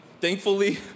thankfully